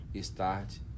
start